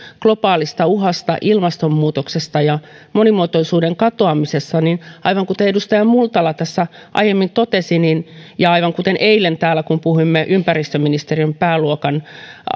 globaalista uhasta ilmastonmuutoksesta ja monimuotoisuuden katoamisesta niin aivan kuten edustaja multala tässä aiemmin totesi ja aivan kuten eilen täällä puhuimme ympäristöministeriön pääluokan